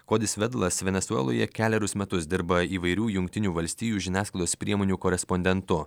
kodis vedlas venesueloje kelerius metus dirba įvairių jungtinių valstijų žiniasklaidos priemonių korespondentu